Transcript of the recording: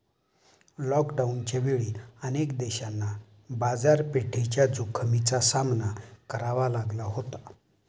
लॉकडाऊनच्या वेळी अनेक देशांना बाजारपेठेच्या जोखमीचा सामना करावा लागला होता